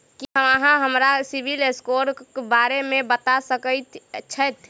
की अहाँ हमरा CIBIL score क बारे मे बता सकइत छथि?